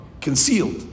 concealed